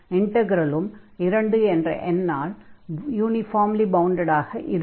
இன்டக்ரலும் 2 என்ற எண்ணால் யூனிஃபார்ம்லி பவுண்டட் ஆக இருக்கும்